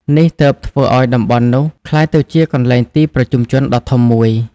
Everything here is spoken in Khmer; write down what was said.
នេះទើបធ្វើឪ្យតំបន់នោះក្លាយទៅជាកន្លែងទីប្រជុំជនដ៏ធំមួយ។